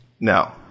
No